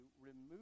remove